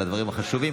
על הדברים החשובים.